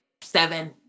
seven